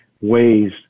ways